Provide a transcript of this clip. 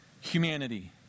humanity